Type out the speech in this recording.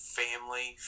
family